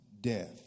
death